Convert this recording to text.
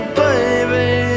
baby